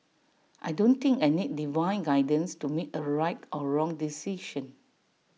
I don't think I need divine guidance to make A right or wrong decision